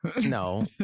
no